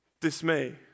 dismay